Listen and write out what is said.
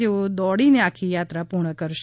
જેઓ દોડીને આખી યાત્રા પૂર્ણ કરશે